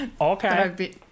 Okay